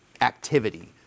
activity